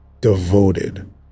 devoted